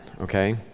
okay